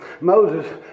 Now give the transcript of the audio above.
Moses